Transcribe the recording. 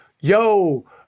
Yo